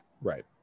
Right